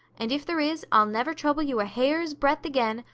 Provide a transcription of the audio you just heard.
and if there is i'll never trouble you a hair's breadth again,